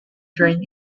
trained